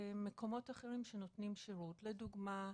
במקומות אחרים שנותנים שירות, לדוגמה,